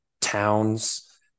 Towns